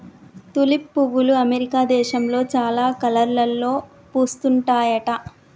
tulip పువ్వులు America దేశంలో చాలా కలర్లలో పూస్తుంటాయట